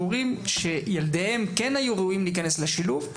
הורים שילדיהם כן היו ראויים להיכנס לשילוב,